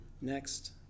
next